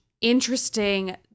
interesting